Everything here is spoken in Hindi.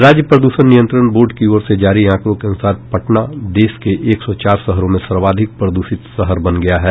राज्य प्रदूषण नियंत्रण बोर्ड की ओर से जारी आंकड़ों के अनुसार पटना देश के एक सौ चार शहरों में सर्वाधिक प्रदूषित शहर बन गया है